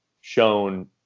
shown